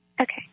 Okay